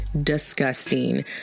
disgusting